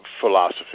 philosophy